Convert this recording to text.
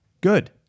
Good